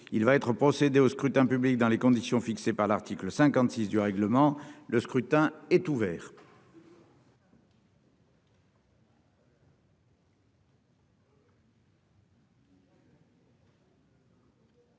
il va être procédé au scrutin public dans les conditions fixées par l'article 56 du règlement, le scrutin est ouvert.